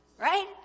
Right